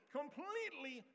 completely